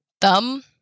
Thumb